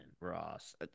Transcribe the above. Ross